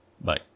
Bye